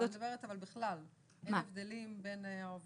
אנחנו יכולים לראות פה את ההבדל היום בין ההפרשות לעובדים בתקציבית,